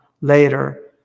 later